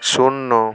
শূন্য